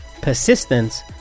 persistence